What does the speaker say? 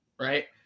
right